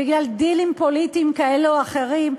בגלל דילים פוליטיים כאלה או אחרים,